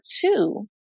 two